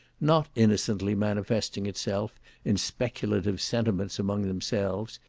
not innocently manifesting itself in speculative sentiments among themselves,